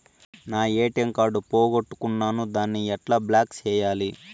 నా ATM card పోగొట్టుకున్నాను, దాన్ని ఎట్లా బ్లాక్ సేయాలి?